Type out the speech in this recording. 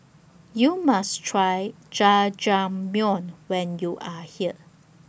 YOU must Try Jajangmyeon when YOU Are here